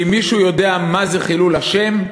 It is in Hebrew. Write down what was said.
אם מישהו יודע מה זה חילול השם,